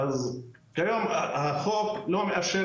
אולי תאיר את עיני אבל לפחות כאן הם לא כתובים,